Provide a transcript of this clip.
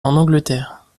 angleterre